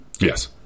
Yes